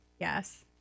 Yes